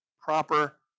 proper